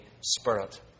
Spirit